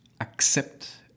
accept